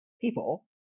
people